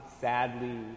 sadly